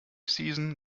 season